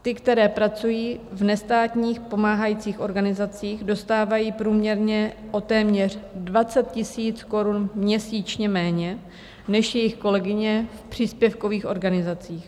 Ty, které pracují v nestátních pomáhajících organizacích, dostávají průměrně o téměř 20 000 korun měsíčně méně než jejich kolegyně v příspěvkových organizacích.